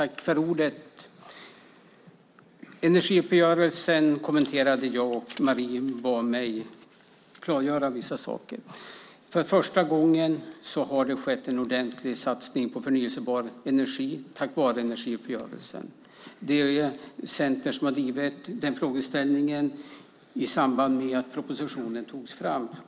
Herr talman! Energiuppgörelsen kommenterade jag, och Marie bad mig klargöra vissa saker. Först och främst har det skett en ordentlig satsning på förnybar energi tack vare energiuppgörelsen. Det är Centern som har drivit den frågeställningen i samband med att propositionen togs fram.